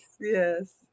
yes